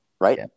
right